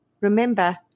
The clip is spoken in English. Remember